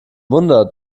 wunder